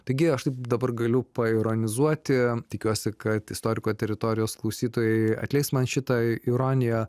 taigi aš taip dabar galiu paironizuoti tikiuosi kad istoriko teritorijos klausytojai atleis man šitą ironiją